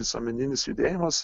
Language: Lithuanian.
visuomeninis judėjimas